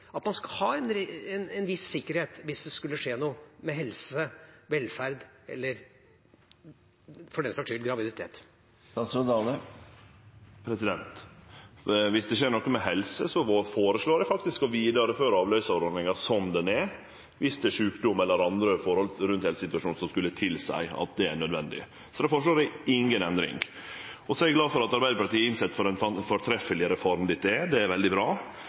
viss sikkerhet hvis det skulle skje noe med helse, velferd eller for den saks skyld graviditet. Om det skjer noko med helse, føreslår eg faktisk å vidareføre avløysarordninga som den er – dersom det er sjukdom eller andre forhold rundt helsesituasjonen som skulle tilseie at det er nødvendig. Så då foreslår eg inga endring. Så er eg glad for at Arbeidarpartiet har innsett kva for ei fortreffeleg reform dette er. Det er veldig bra.